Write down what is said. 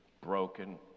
broken